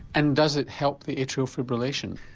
and does it help the atrial fibrillation?